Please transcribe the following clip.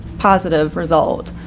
positive result.